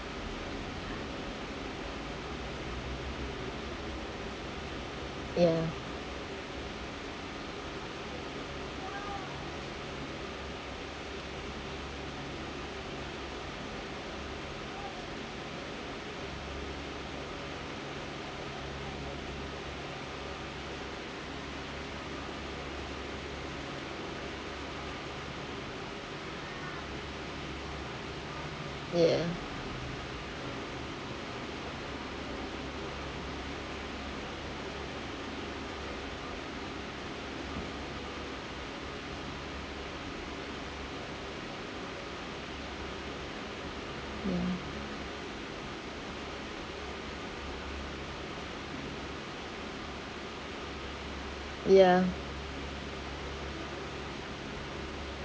ya ya mm ya